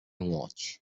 watch